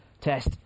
test